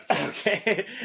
Okay